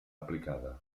aplicada